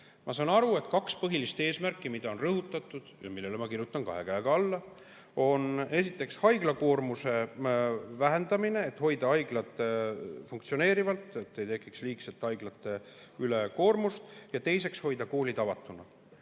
Ma saan aru, et kaks põhilist eesmärki, mida on rõhutatud – ja nendele ma kirjutan kahe käega alla –, on sellised: esiteks, haiglakoormuse vähendamine, et hoida haiglad funktsioneerimas, et ei tekiks liigset haiglate ülekoormust, ja teiseks, hoida koolid avatuna.